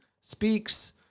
speaks